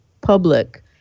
public